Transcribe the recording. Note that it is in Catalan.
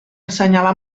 assenyalar